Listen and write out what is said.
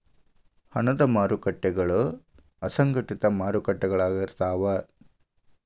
ಹಣದ ಮಾರಕಟ್ಟಿಗಳ ಅಸಂಘಟಿತ ಮಾರಕಟ್ಟಿಗಳಾಗಿರ್ತಾವ